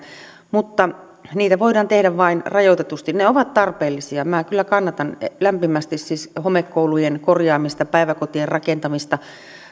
mutta niitä voidaan tehdä vain rajoitetusti ne ovat tarpeellisia minä kyllä kannatan lämpimästi siis homekoulujen korjaamista päiväkotien rakentamista